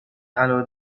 allo